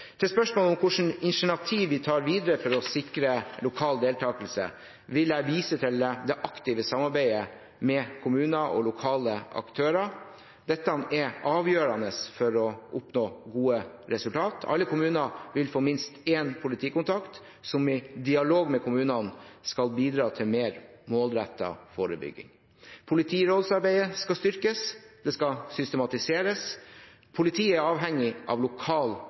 Til spørsmålet om hvilke initiativ vi tar videre for å sikre lokal deltakelse, vil jeg vise til det aktive samarbeidet med kommuner og lokale aktører. Dette er avgjørende for å oppnå gode resultat. Alle kommuner vil få minst én politikontakt, som i dialog med kommunene skal bidra til mer målrettet forebygging. Politirådsarbeidet skal styrkes, og det skal systematiseres. Politiet er avhengig av lokal